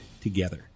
together